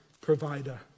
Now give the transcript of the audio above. provider